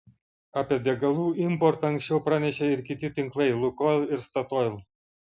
apie degalų importą anksčiau pranešė ir kiti tinklai lukoil ir statoil